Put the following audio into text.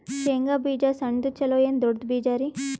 ಶೇಂಗಾ ಬೀಜ ಸಣ್ಣದು ಚಲೋ ಏನ್ ದೊಡ್ಡ ಬೀಜರಿ?